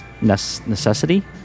necessity